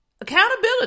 accountability